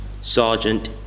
Sergeant